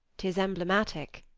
tis emblematic,